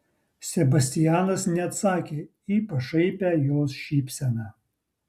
sebastianas neatsakė į pašaipią jos šypseną